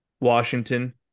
Washington